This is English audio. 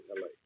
LA